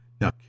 Now